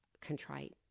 contrite